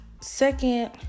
Second